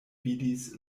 vidis